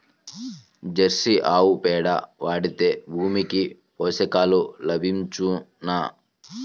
Jersey ఆవు పేడ వాడితే భూమికి పోషకాలు లభించునా?